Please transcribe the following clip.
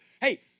Hey